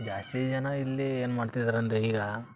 ಜಾಸ್ತಿ ಜನ ಇಲ್ಲಿ ಏನು ಮಾಡ್ತಿದಾರಂದರೆ ಈಗ